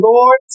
Lord